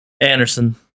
Anderson